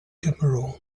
cameroon